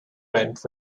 went